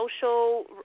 social